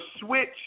switch